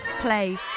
Play